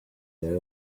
their